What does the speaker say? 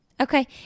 Okay